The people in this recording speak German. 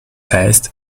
heißt